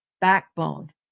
backbone